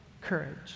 Courage